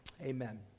amen